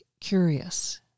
curious